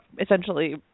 essentially